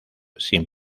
sin